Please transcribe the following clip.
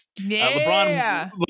lebron